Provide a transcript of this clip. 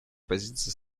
позиций